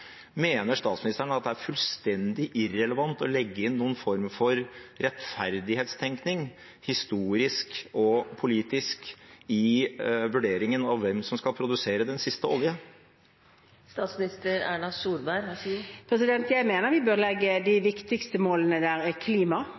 Mener statsministeren at det er fullstendig irrelevant å legge inn noen form for rettferdighetstenkning, historisk og politisk, i vurderingen av hvem som skal produsere den siste oljen? Jeg mener vi må legge de viktigste målene, som er